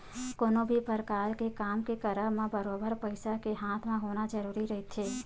कोनो भी परकार के काम के करब म बरोबर पइसा के हाथ म होना जरुरी रहिथे